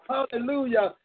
Hallelujah